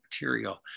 material